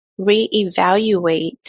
reevaluate